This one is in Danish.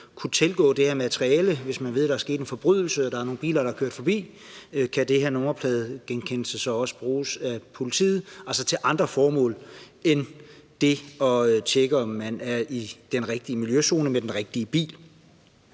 kunne tilgå det her materiale. Hvis man ved, der er sket en forbrydelse, og hvis nogle biler er kørt forbi, kan det her nummerpladegenkendelse så også bruges af politiet, altså til andre formål end at tjekke, om man er i den rigtige miljøzone med den rigtige bil?